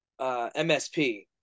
MSP